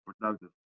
productive